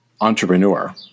entrepreneur